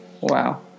wow